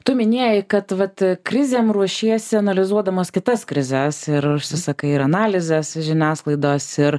tu minėjai kad vat krizėm ruošiesi analizuodamas kitas krizes ir užsisakai ir analizes iš žiniasklaidos ir